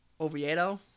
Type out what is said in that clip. Oviedo